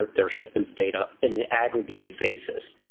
their shipments data in an aggregated basis.